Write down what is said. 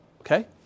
Okay